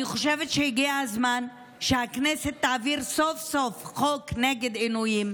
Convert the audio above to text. אני חושבת שהגיע הזמן שהכנסת תעביר סוף-סוף חוק נגד עינויים.